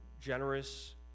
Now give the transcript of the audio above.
generous